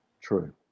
True